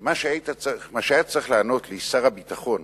מה שהיה צריך לענות לי שר הביטחון,